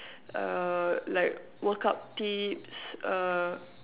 err like workout tips uh